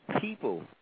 people